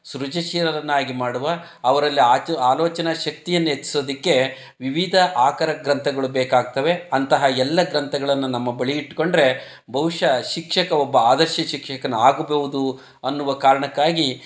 ಸೃಜನಶೀಲರನ್ನಾಗಿ ಮಾಡುವ ಅವರಲ್ಲಿ ಆಚೊ ಆಲೋಚನಾ ಶಕ್ತಿಯನ್ನು ಹೆಚ್ಸೋದಕ್ಕೆ ವಿವಿಧ ಆಕರ ಗ್ರಂಥಗಳು ಬೇಕಾಗ್ತವೆ ಅಂತಹ ಎಲ್ಲ ಗ್ರಂಥಗಳನ್ನ ನಮ್ಮ ಬಳಿ ಇಟ್ಕೊಂಡರೆ ಬಹುಶಃ ಶಿಕ್ಷಕ ಒಬ್ಬ ಆದರ್ಶ ಶಿಕ್ಷಕ ಆಗ್ಬೌದು ಅನ್ನುವ ಕಾರ್ಣಕ್ಕಾಗಿ